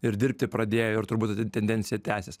ir dirbti pradėjo ir turbūt ta tendencija tęsis